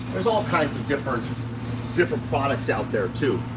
there's all kinds of different different products out there too.